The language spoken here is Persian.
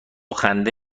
خنده